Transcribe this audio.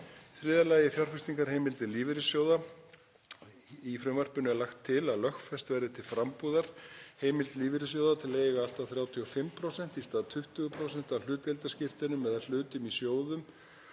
eru það fjárfestingarheimildir lífeyrissjóða. Í frumvarpinu er lagt til að lögfest verði til frambúðar heimild lífeyrissjóða til að eiga allt að 35% í stað 20% af hlutdeildarskírteinum eða hlutum í sjóðum